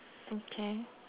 okay